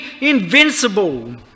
invincible